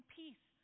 peace